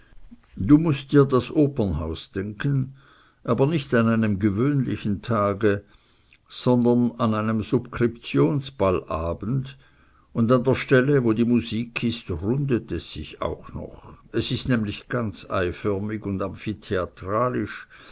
du mußt dir das opernhaus denken aber nicht an einem gewöhnlichen tage sondern an einem subskriptionsballabend und an der stelle wo die musik ist rundet es sich auch noch es ist nämlich ganz eiförmig und amphitheatralisch